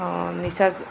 ହଁ ନିଶା